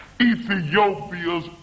Ethiopia's